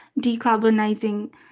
decarbonizing